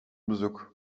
bezoek